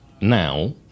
now